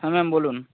হ্যাঁ ম্যাম বলুন